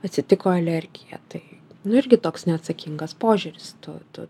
atsitiko alergija tai nu irgi toks neatsakingas požiūris tu tu